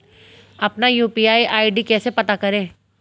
अपना UPI ID कैसे पता करें?